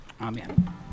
amen